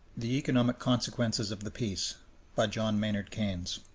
the economic consequences of the peace by john maynard keynes,